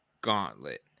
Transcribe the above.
gauntlet